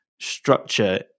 structure